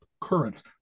current